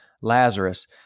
lazarus